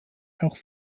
auch